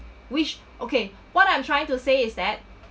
which okay what I'm trying to say is that